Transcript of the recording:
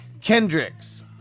Kendricks